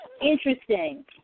Interesting